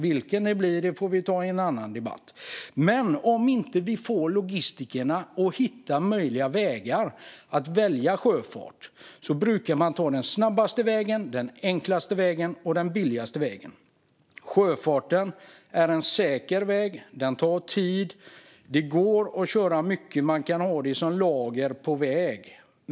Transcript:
Vilken det blir får vi ta i en annan debatt. Men vad händer om vi inte får logistikerna att hitta möjliga vägar att välja sjöfart? Man brukar ta den snabbaste, enklaste och billigaste vägen. Sjöfarten är en säker väg. Den tar tid. Det går att köra mycket. Man kan ha det som lager på väg.